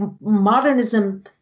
modernism